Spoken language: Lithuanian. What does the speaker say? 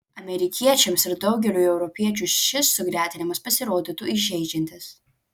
amerikiečiams ir daugeliui europiečių šis sugretinimas pasirodytų įžeidžiantis